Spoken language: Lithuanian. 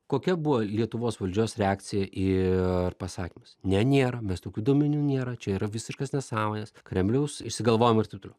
kokia buvo lietuvos valdžios reakcija ir pasakymas ne nėra mes tokių duomenų nėra čia yra visiškas nesąmonės kremliaus išsigalvojimai ir taip toliau